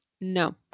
No